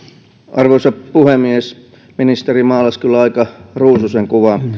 arvoisa puhemies ministeri maalasi kyllä aika ruusuisen kuvan